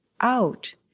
out